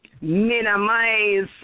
minimize